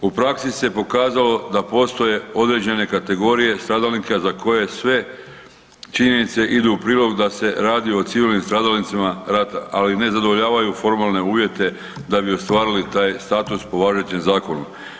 U praksi se pokazalo da postoje određene kategorije stradalnika za koje sve činjenice idu u prilog da se radi o civilnim stradalnicima rata, ali ne zadovoljavaju formalne uvjete da bi ostvarili taj status po važećem zakonu.